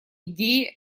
идеи